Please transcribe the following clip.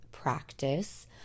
practice